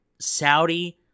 Saudi